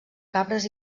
cabres